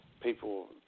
people